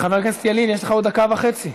חבר הכנסת ילין, יש לך עוד דקה וחצי.